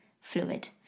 fluid